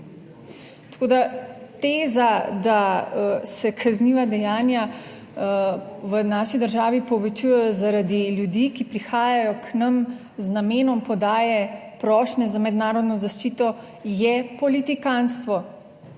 Tako, da teza, da se kazniva dejanja v naši državi povečujejo zaradi ljudi, ki prihajajo k nam z namenom podaje prošnje za mednarodno zaščito je politikantstvo.